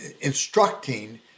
instructing